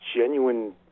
genuine